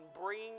bring